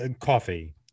coffee